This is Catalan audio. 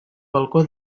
balcó